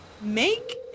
make